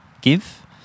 give